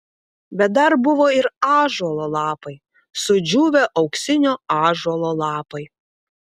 bet dar buvo ir ąžuolo lapai sudžiūvę auksinio ąžuolo lapai